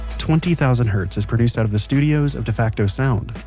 twenty thousand hertz is produced out of the studios of defacto sound.